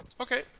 okay